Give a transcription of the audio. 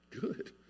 Good